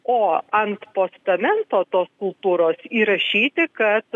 o ant postamento tos skulptūros įrašyti kad